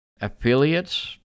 affiliates